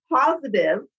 positive